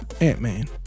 Ant-Man